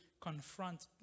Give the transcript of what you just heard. confront